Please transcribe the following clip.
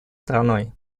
страной